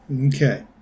Okay